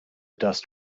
dust